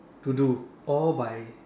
to do all by